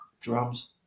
Drums